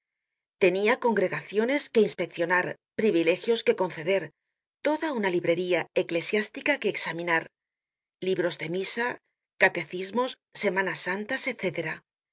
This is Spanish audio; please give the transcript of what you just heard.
tenia congregaciones que inspeccionar privilegios que conceder toda una librería eclesiástica que examinar libros de misa catecismos semanas santas